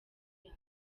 yabo